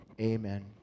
amen